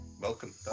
welcome